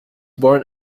born